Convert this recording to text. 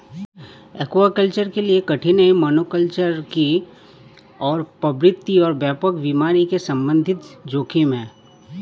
aquaculture के लिए कठिनाई मोनोकल्चर की ओर प्रवृत्ति और व्यापक बीमारी के संबंधित जोखिम है